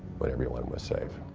but everyone was safe.